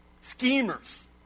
schemers